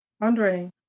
Andre